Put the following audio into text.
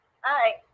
Hi